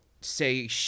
say